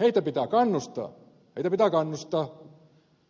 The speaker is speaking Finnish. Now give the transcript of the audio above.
heitä pitää kannustaa heitä pitää kannustaa